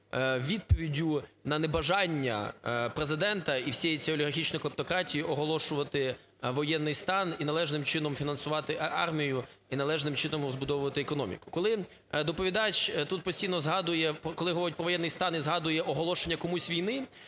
відповіддю на небажання Президента і всієї цієї олігархічної клептократії оголошувати воєнний стан і належним чином фінансувати армію, і належним чином розбудовувати економіку. Коли доповідач тут постійно згадує, коли говорить про воєнний стан і згадує оголошення комусь війни,